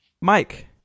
Mike